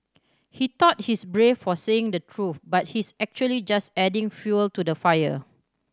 he thought he's brave for saying the truth but he's actually just adding fuel to the fire